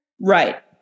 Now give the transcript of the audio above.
Right